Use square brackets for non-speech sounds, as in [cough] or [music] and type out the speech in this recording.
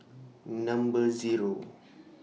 [noise] Number Zero [noise]